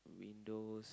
windows